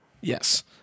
Yes